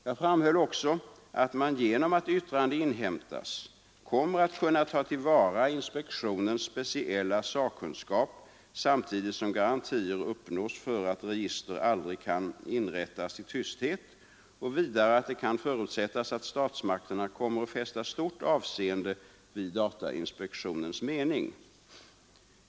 Jag framhöll också att man genom att yttrande inhämtats kommer att ta till vara inspektionens speciella sakkunskap, samtidigt som garantier uppnås för att register aldrig kan inrättas i tysthet, och vidare att det kan förutsättas att statsmakterna kommer att fästa stort avseende vid datainspektionens mening.